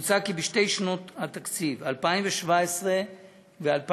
הוא כי בשתי שנות התקציב, 2017 ו-2018,